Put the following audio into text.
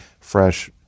fresh